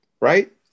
Right